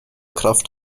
kraft